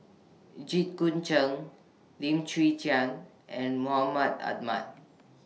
Jit Koon Ch'ng Lim Chwee Chian and Mahmud Ahmad